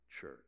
church